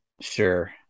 Sure